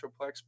Metroplex